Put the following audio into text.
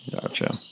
gotcha